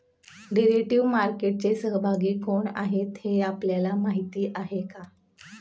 Derivative मार्केटचे सहभागी कोण आहेत हे आपल्याला माहित आहे का?